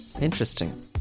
Interesting